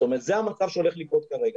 זאת אומרת זה המצב הולך לקרות כרגע.